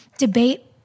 debate